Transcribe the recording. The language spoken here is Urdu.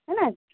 ہے نا